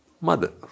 Mother